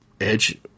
edge